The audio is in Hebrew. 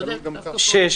מה זה הדבר הזה?